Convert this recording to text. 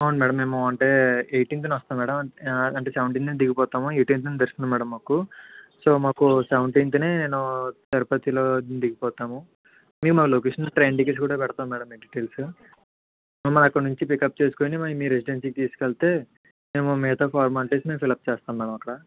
అవును మ్యాడమ్ మేము అంటే ఎయిటీన్త్న వస్తాం మ్యాడమ్ మేము సెవెంటీన్త్నే దిగిపోతాము యైటీన్త్న దర్శనం మ్యాడమ్ మాకు సో మాకు సెవెంటీన్త్నే తిరుపతిలో దిగిపోతాము మేం మా లొకేషను ట్రైన్ టికెట్స్ కూడా పెడతాం మ్యాడమ్ మీకు డిటైల్స్ మమ్మల్ని అక్కడినుంచి పికప్ చేసుకొని మీ రెసిడెన్సీకి తీసుకెళ్తే మేము మిగతా ఫార్మాలిటీస్ని మేం ఫిలప్ చేస్తాం మ్యాడమ్ అక్కడ